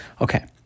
Okay